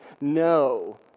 No